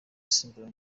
asimbura